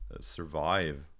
survive